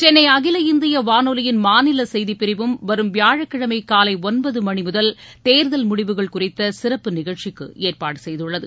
சென்னை அகில இந்திய வானொலியின் மாநில செய்தி பிரிவும் வரும் வியாழக்கிழமை காலை ஒன்பது மணி முதல் தேர்தல் முடிவுகள் குறித்த சிறப்பு நிகழ்ச்சிக்கு ஏற்பாடு செய்துள்ளது